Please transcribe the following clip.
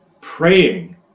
praying